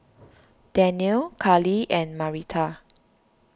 Danniel Karlie and Marita